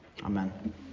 amen